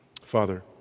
Father